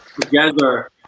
together